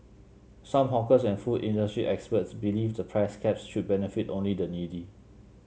some hawkers and food industry experts believe the price caps should benefit only the needy